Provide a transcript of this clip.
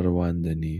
ar vandenį